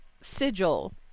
sigil